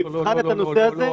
אז אולי נבחן את הנושא הזה --- לא,